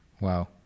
wow